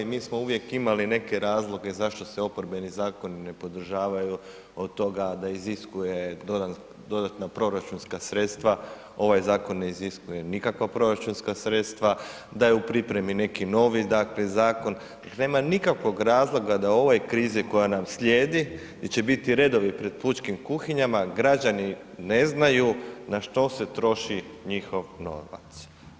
Mi smo uvijek imali neke razloge zašto se oporbeni zakoni ne podržavaju od toga da iziskuje dodatna proračunska sredstva, ovaj zakon ne iziskuje nikakva proračunska sredstva, da je u pripremi neki novi, dakle zakon, nema nikakvog razloga da u ovoj krizi koja nam slijedi gdje će biti redovi pred pučkim kuhinjama, građani ne znaju na što se troši njihov novac.